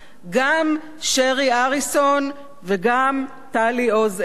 גם שרי אריסון וגם טלי עוז-אלבו,